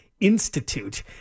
Institute